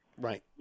right